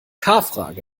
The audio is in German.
frage